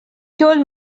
told